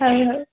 ହଉ ହଉ